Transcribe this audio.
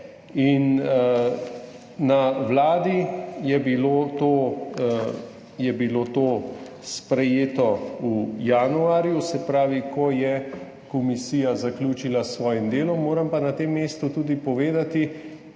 In na Vladi je bilo to sprejeto v januarju, se pravi, ko je komisija zaključila s svojim delom. Moram pa na tem mestu tudi povedati,